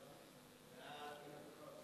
סעיפים 1 2 נתקבלו.